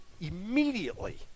immediately